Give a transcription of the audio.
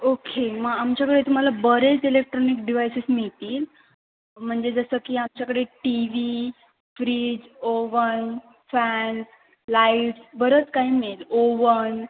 okay मग आमच्याकडे तुम्हाला बरेच इलेक्ट्रॉनिक डिवाइसेस मिळतील म्हणजे जसं की आमच्याकडे T V fridge oven fan light बरंच काही मिळेल ओवन